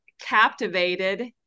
captivated